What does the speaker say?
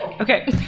Okay